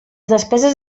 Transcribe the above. despeses